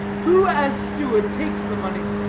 who, as steward, takes the money?